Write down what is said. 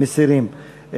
מסירים.